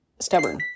stubborn